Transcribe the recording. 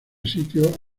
sitio